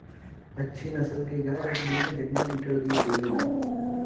अच्छी नस्ल क गाय एक दिन में केतना लीटर दूध देवे ला?